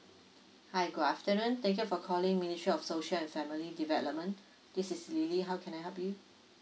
hi good afternoon thank you for calling ministry of social and family development this is lily how can I help you